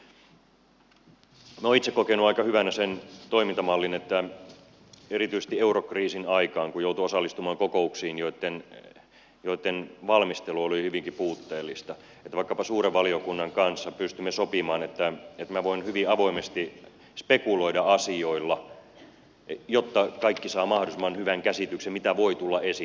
minä olen itse kokenut aika hyvänä sen toimintamallin että erityisesti eurokriisin aikaan kun joutui osallistumaan kokouksiin joitten valmistelu oli hyvinkin puutteellista vaikkapa suuren valiokunnan kanssa pystyimme sopimaan että minä voin hyvin avoimesti spekuloida asioilla jotta kaikki saavat mahdollisimman hyvän käsityksen mitä voi tulla esiin